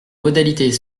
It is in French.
modalités